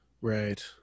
Right